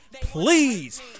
Please